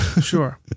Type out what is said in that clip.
Sure